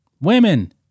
women